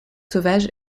sauvage